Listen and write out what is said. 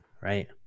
Right